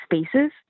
spaces